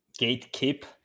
Gatekeep